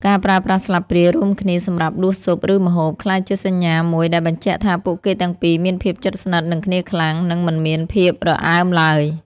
ការប្រើប្រាស់ស្លាបព្រារួមគ្នាសម្រាប់ដួសស៊ុប ឬម្ហូប ក្លាយជាសញ្ញាមួយដែលបញ្ជាក់ថាពួកគេទាំងពីរមានភាពជិតស្និទ្ធនឹងគ្នាខ្លាំង និងមិនមានភាពរអើមឡើយ។